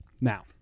Now